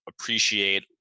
appreciate